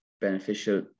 beneficial